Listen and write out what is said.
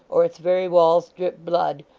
or its very walls drip blood,